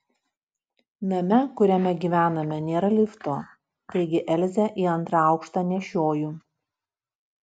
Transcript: name kuriame gyvename nėra lifto taigi elzę į antrą aukštą nešioju